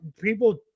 people